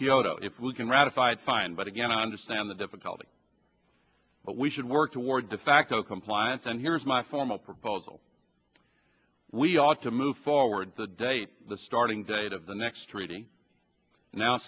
kyoto if we can ratify it fine but again i understand the difficulty but we should work toward the facto compliance and here's my formal proposal we ought to move forward the date the starting date of the next treaty now